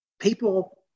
people